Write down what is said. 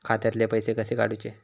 खात्यातले पैसे कसे काडूचे?